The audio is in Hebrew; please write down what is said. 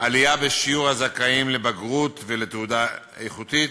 עלייה בשיעור הזכאים לבגרות ולתעודה איכותית,